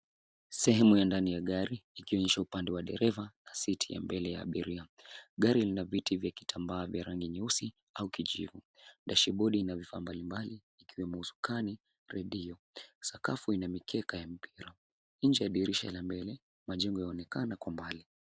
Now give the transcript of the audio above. Sehemu ya ndani ya gari ikionyesha upande wa dereva na seat ya mbele ya abiria. Gari hili lina viti vya kitambaa vya rangi nyeusi au kijivu. Dashibodi ina vifaa mbalimbali ikiwemo usukani, redio. Sakafu ina mikeka ya mpira. Nje la dirisha ya mbele majengo yaonekana kwa mbali.